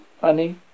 Honey